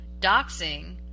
Doxing